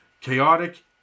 chaotic